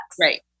Right